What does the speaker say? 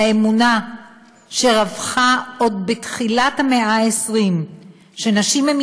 האמונה שרווחה עוד בתחילת המאה ה-20 שנשים הן